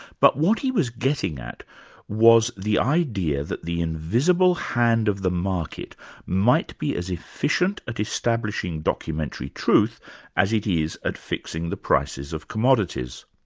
but what he was getting at was the idea that the invisible hand of the market might be as efficient at establishing documentary truth as it is at fixing the prices of commodities.